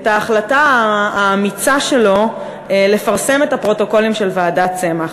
את ההחלטה האמיצה שלו לפרסם את הפרוטוקולים של ועדת צמח,